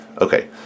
okay